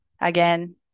again